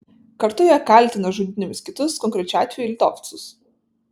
kartu jie kaltina žudynėmis kitus konkrečiu atveju litovcus